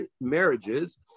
marriages